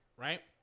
right